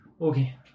Okay